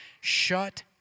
shut